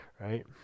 right